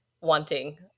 wanting